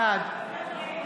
בעד נעמה לזימי,